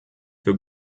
für